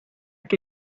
que